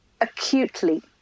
acutely